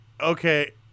okay –